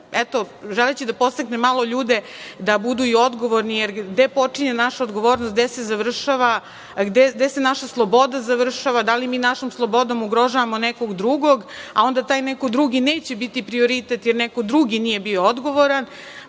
zaštite. Želeći da podstaknem malo ljude da budu i odgovorni, jer gde počinje naša odgovornost, gde se završava, gde se naša sloboda završava, da li mi našom slobodom ugrožavamo nekog drugog, a onda taj neko drugi neće biti prioritet jer neko drugi nije bio odgovoran,